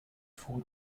four